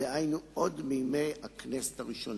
דהיינו עוד מימי הכנסת הראשונה.